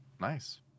Nice